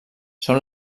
són